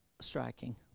striking